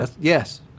Yes